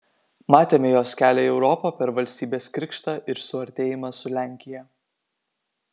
matėme jos kelią į europą per valstybės krikštą ir suartėjimą su lenkija